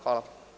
Hvala.